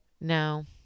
No